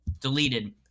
deleted